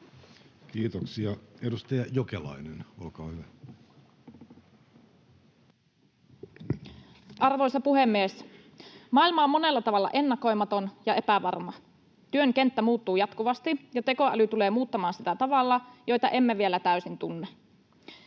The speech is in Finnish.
Jokelainen vas) Time: 16:07 Content: Arvoisa puhemies! Maailma on monella tavalla ennakoimaton ja epävarma. Työn kenttä muuttuu jatkuvasti, ja tekoäly tulee muuttamaan sitä tavalla, jota emme vielä täysin tunne.